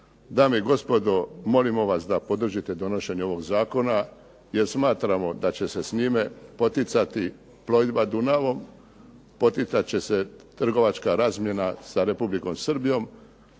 Dame i gospodo, molimo vas da podržite donošenje ovog zakona jer smatramo da će se s njime poticati plovidba Dunavom, poticat će se trgovačka razmjena sa Republikom Srbijom,